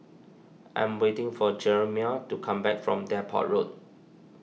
I am waiting for Jerimiah to come back from Depot Road